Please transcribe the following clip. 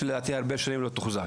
שלדעתי הרבה שנים לא תוחזק.